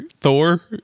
Thor